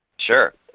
sure.